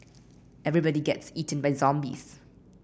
everybody gets eaten by zombies